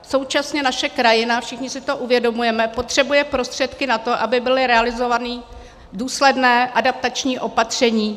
Současně naše krajina, všichni si to uvědomujeme, potřebuje prostředky na to, aby byla realizována důsledná adaptační opatření.